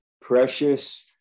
precious